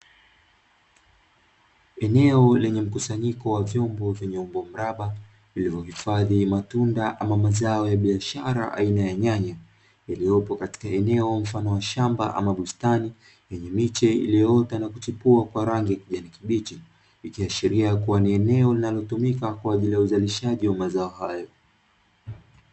Eneo lenye mkusanyiko wa vyombo vyenye umbo mraba, vilivyohifadhi matunda ama mazao ya biashara aina ya nyanya, yaliyopo katika eneo mfano wa shamba ama bustani yenye miche iliyoota na kuchepua kwa rangi ya kijani kibichi. Ikiashiria kuwa ni eneo linalotumika kwa ajili uzalishaji wa mazao hayo.